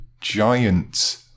giant